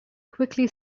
quickly